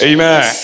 Amen